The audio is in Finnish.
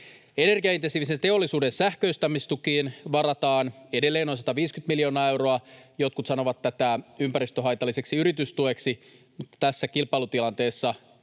Energiaintensiivisen teollisuuden sähköistämistukiin varataan edelleen noin 150 miljoonaa euroa. Jotkut sanovat tätä ympäristöhaitalliseksi yritystueksi, mutta tässä kilpailutilanteessa